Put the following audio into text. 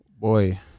Boy